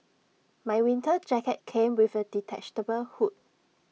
my winter jacket came with A detachable hood